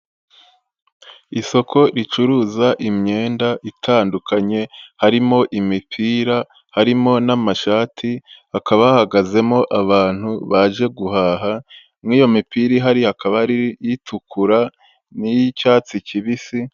Isoko ricuruza imyenda itandukanye, harimo imipira, harimo n'amashati, hakaba hahagazemo abantu baje guhaha, muri iyo mipira ihari hakaba hari itukura n'iy'icyatsi kibisi